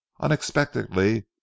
unexpectedly